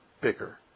bigger